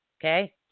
Okay